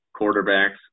Quarterbacks